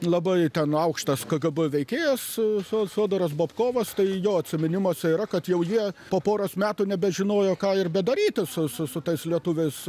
labai ten aukštas kgb veikėjas fio fiodoras bapkovas tai jo atsiminimuose yra kad jau jie po poros metų nebežinojo ką ir bedaryti su su tais lietuviais